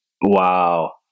Wow